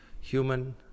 human